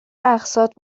اقساط